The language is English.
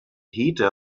heather